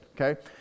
Okay